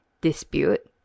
dispute